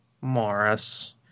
Morris